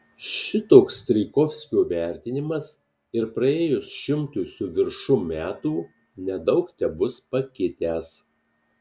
šitoks strijkovskio vertinimas ir praėjus šimtui su viršum metų nedaug tebus pakitęs